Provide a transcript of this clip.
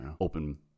open